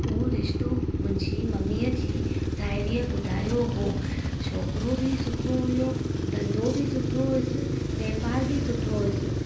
उओ रिश्तो मुंहिंजी मम्मीअ जी साहेड़ीअ ॿुधायो हुयो छोकिरो बि सुठो हुयो धंधो बि सुठो हुयोसि वापारु बि सुठो हुयसि